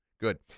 Good